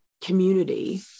community